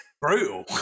Brutal